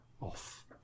off